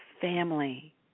family